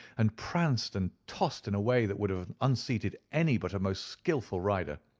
and pranced and tossed in a way that would have unseated any but a most skilful rider.